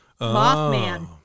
Mothman